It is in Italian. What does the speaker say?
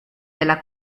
della